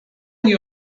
nie